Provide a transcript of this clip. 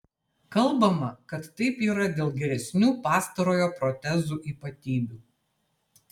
kalbama kad taip yra dėl geresnių pastarojo protezų ypatybių